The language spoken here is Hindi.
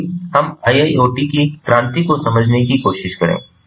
तो आइए हम IIoT की क्रांति को समझने की कोशिश करें